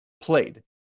played